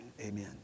Amen